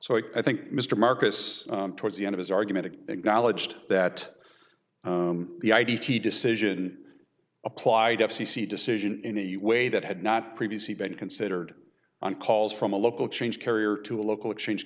so i think mr marcus towards the end of his argument it acknowledged that the id t decision applied f c c decision in a way that had not previously been considered on calls from a local change carrier to a local exchange